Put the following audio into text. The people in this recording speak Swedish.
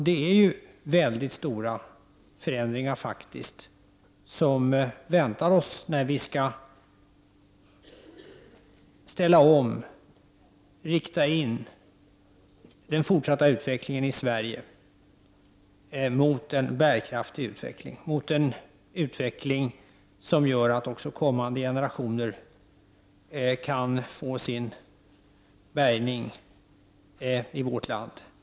Det är faktiskt mycket stora förändringar som väntar oss när vi skall ställa om utvecklingen i Sverige, göra den bärkraftig och rikta in den så, att också kommande generationer kan få sin bärgning i vårt land.